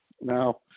Now